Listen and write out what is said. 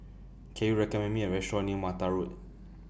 Can YOU recommend Me A Restaurant near Mattar Road